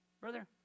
brother